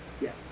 Yes